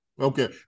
Okay